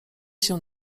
się